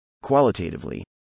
qualitatively